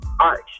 art